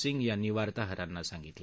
सिंग यांनी वार्ताहरांना सांगितलं